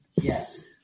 Yes